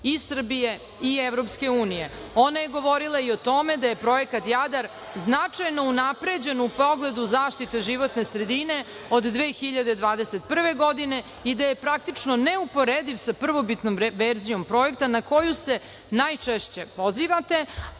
i Srbije i EU.Ona je govorila i o tome da je projekat „Jadar“ značajno unapređen u pogledu zaštite životne sredine od 2021. godine i da je praktično neuporediv sa prvobitnom verzijom projekta, na koju se najčešće pozivate